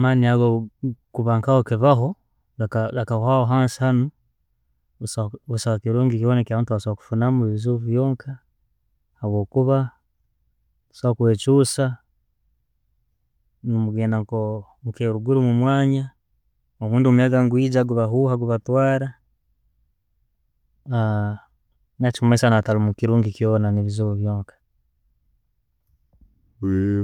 Kuba nkaho kibaho chicka chikawaho hansi hanu, busa busaho kirungi abantu kyebasobora kufunamu, bizibu byonka habwokuba busaho kwechusa, ne mugenda nka ho- heriguru mumwanja bundi omuyaga gwijja guba huba gubatwara nekimanyisa busaho. Kirungi kyona, ne bizibu byonka.